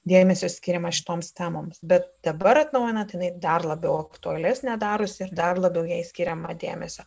dėmesio skiriama šitoms damoms bet dabar atnaujinant jinai dar labiau aktualesnė darosi ir dar labiau jai skiriama dėmesio